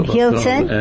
Hilton